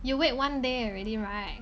you wait one day already right